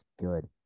good